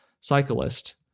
cyclist